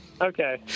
Okay